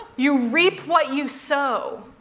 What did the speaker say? you reap what you sow.